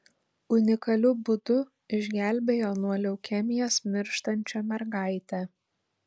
unikaliu būdu išgelbėjo nuo leukemijos mirštančią mergaitę